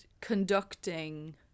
conducting